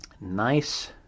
Nice